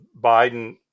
Biden